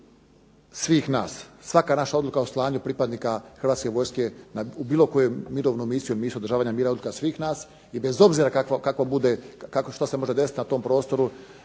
odluka svih nas, svaka naša odluka o slanju pripadnika Hrvatske vojske u bilo koju misiju je misija održavanja mira odluka svih nas, i bez obzira što se može desiti na tom prostoru,